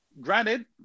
granted